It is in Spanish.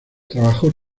trabajó